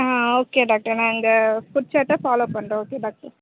ஆ okay doctor நான் இந்த food சார்ட்டை ஃபாலோ பண்ணுறோம் ஓகே டாக்டர்